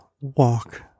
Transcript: walk